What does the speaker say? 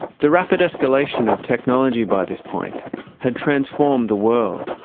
the rapid escalation of technology by this point had transformed the world.